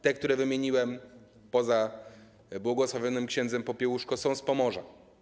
Te, które wymieniłem, poza błogosławionym ks. Popiełuszko, są z Pomorza.